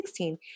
2016